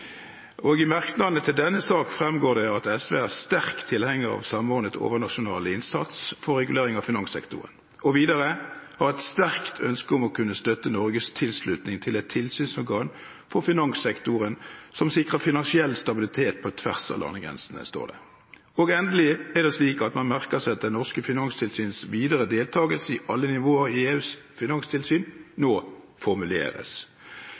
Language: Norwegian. sagt. I merknadene til denne sak framgår det at SV «er sterk tilhenger av en samordnet, overnasjonal innsats for regulering av finanssektoren», og at de «har et sterkt ønske om å kunne støtte Norges tilslutning til et tilsynsorgan for finanssektoren som sikrer finansiell stabilitet på tvers av landegrensene». Endelig er det slik at man «merker seg at det norske finanstilsyns videre deltakelse i alle nivåer i EUs finanstilsyn